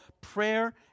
prayer